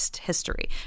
history